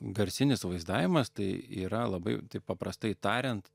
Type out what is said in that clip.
garsinis vaizdavimas tai yra labai paprastai tariant